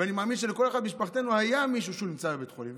אני מאמין שלכל אחד ממשפחתנו היה מישהו שנמצא בבית חולים,